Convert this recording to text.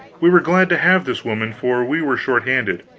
we were glad to have this woman, for we were short handed.